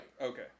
Okay